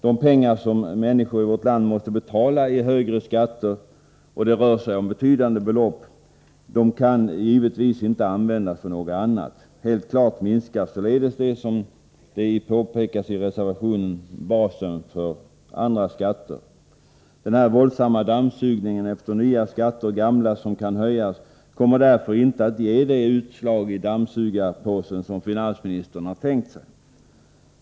De pengar som människor i vårt land måste betala i högre skatter — det rör sig om betydande belopp — kan givetvis inte användas för något annat. Helt klart minskar således, som påpekas i reservationen, basen för andra skatter. Den här våldsamma dammsugningen efter nya skatter och gamla som kan höjas kommer därför inte att ge det utslag i dammsugarpåsen som finansministern har tänkt sig.